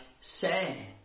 say